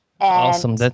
Awesome